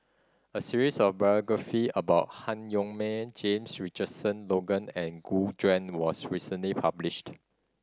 a series of biography about Han Yong May James Richardson Logan and Gu Juan was recently published